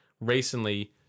recently